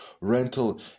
rental